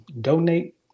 donate